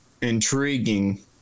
intriguing